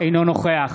אינו נוכח